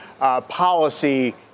policy